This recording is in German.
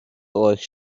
euch